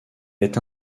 est